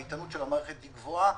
האיתנות של המערכת היא גבוהה,